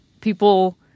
People